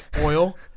oil